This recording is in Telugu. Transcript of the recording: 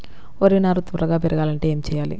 వరి నారు త్వరగా పెరగాలంటే ఏమి చెయ్యాలి?